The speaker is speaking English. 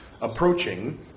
approaching